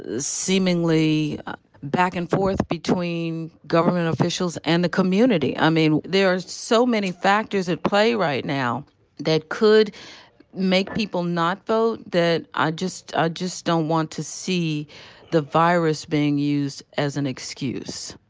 seemingly back and forth between government officials and the community. i mean, there are so many factors at play right now that could make people not vote that i just i just don't want to see the virus being used as an excuse.